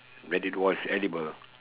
that it was edible